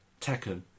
Tekken